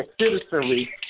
citizenry